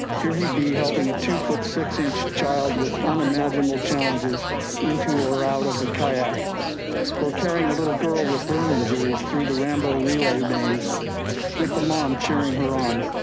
here he'd be helping a two foot six inch child with unimaginable challenges into or out of a kayak or carrying a little girl with burn injuries through the rambo relay bays with the mom cheering her on.